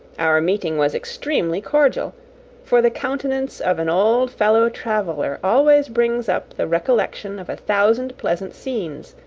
our meeting was extremely cordial for the countenance of an old fellow traveller always brings up the recollection of a thousand pleasant scenes,